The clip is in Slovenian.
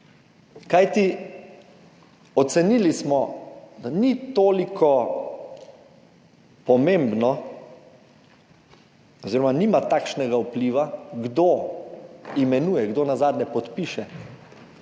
Kajti ocenili smo, da ni toliko pomembno oziroma nima takšnega vpliva, kdo imenuje, kdo nazadnje podpiše